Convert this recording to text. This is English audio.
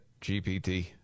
GPT